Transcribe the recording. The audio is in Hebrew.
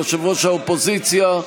יושב-ראש האופוזיציה,